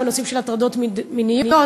בנושאים של הטרדות מיניות.